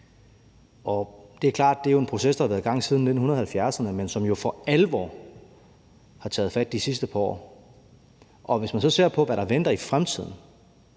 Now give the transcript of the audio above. Det er klart, at det jo er en proces, der har været i gang siden 1970'erne, men som jo for alvor har taget fart de sidste par år, og hvis man så ser på, hvad der venter i fremtiden,